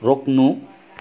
रोक्नु